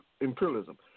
imperialism